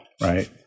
right